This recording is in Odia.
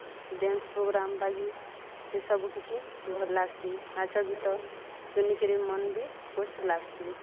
ଡେନ୍ସ ପ୍ରୋଗ୍ରାମ୍ ବାଗି ସେ ସବୁକିିଛି ଭଲ୍ ଲାଗ୍ସି ନାଚ ଗୀତ ଶୁନିକିରି ମନ୍ ବି ଖୁସ୍ ଲାଗ୍ସି